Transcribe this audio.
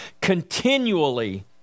continually